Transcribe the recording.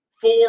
four